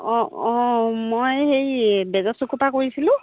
অঁ অঁ মই হেই বেজ